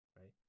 right